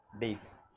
dates